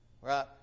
right